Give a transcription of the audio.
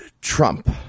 Trump